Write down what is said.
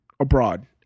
Abroad